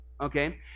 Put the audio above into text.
Okay